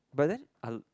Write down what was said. but then are